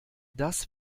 das